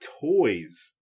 toy's